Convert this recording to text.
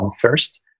first